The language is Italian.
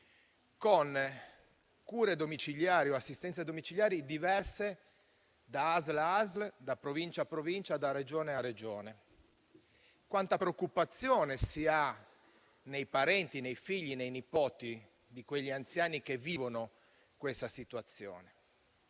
con cure domiciliari o assistenze domiciliari diverse da ASL ad ASL, da Provincia a Provincia o da Regione a Regione? Quanta preoccupazione si ha nei parenti, nei figli e nei nipoti di quegli anziani che vivono questa situazione?